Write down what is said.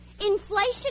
Inflation